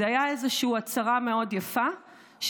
זו הייתה איזושהי הצהרה מאוד יפה,